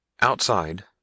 Outside